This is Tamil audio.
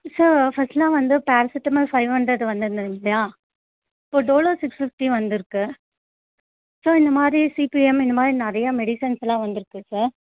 சார் ஃபஸ்ட்டெலாம் வந்து பாராசிட்டமால் ஃபைவ் ஹண்ட்ரட் வந்திருந்துது இல்லையா இப்போ டோலோ சிக்ஸ் ஃபிஃப்டி வந்திருக்கு ஸோ இந்தமாதிரி சிபிஎம் இந்தமாதிரி நிறைய மெடிசன்ஸ்ஸெலாம் வந்திருக்கு சார்